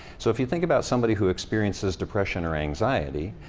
so if you think about somebody who experiences depression or anxiety,